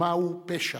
ומהו פשע,